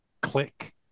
Click